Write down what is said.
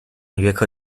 约克